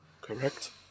Correct